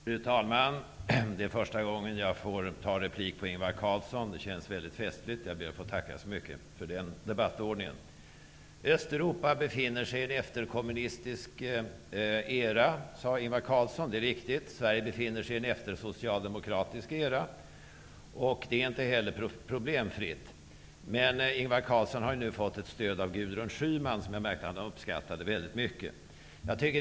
Fru talman! Det är första gången jag får replik på Ingvar Carlsson. Det känns väldigt festligt. Jag ber att få tacka så mycket för den debattordningen. Västeuropa befinner sig i en efterkommunistisk era, sade Ingvar Carlsson. Det är riktigt. Sverige befinner sig i en eftersocialdemokratisk era. Det är inte heller problemfritt. Men Ingvar Carlsson har nu fått ett stöd av Gudrun Schyman, som jag märkte att han uppskattade väldigt mycket.